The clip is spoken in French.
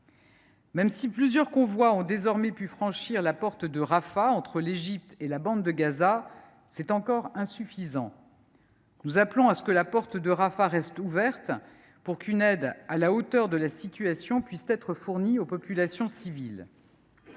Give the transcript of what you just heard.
Même si plusieurs convois ont désormais pu franchir la porte de Rafah, entre l’Égypte et la bande de Gaza, c’est encore insuffisant. Nous appelons à ce que la porte de Rafah reste ouverte pour qu’une aide à la hauteur de la situation puisse être fournie aux populations civiles.